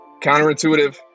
Counterintuitive